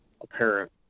apparent